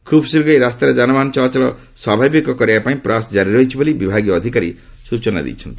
ଖୁବ୍ଶୀଘ୍ର ଏହି ରାସ୍ତାରେ ଯାନବାହନ ଚଳାଚଳ ସ୍ୱାଭାବିକ କରାଇବା ପାଇଁ ପ୍ରୟାସ କ୍ରାରି ରହିଛି ବୋଲି ବିଭାଗୀୟ ଅଧିକାରୀ ସ୍ୱଚନା ଦେଇଛନ୍ତି